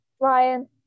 Ryan